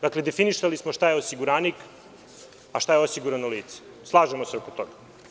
Dakle, definisali smo šta je osiguranik, a šta je osigurano lice, slažemo se oko toga.